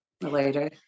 later